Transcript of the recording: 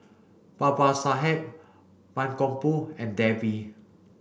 Babasaheb Mankombu and Devi